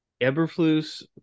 Eberflus